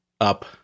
up